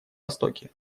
востоке